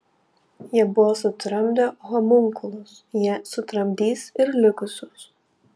jie buvo sutramdę homunkulus jie sutramdys ir likusius